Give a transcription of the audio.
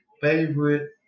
favorite